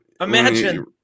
Imagine